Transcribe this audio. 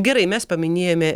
gerai mes paminėjome